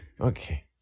Okay